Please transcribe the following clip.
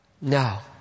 Now